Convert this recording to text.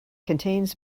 contains